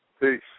Peace